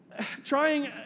trying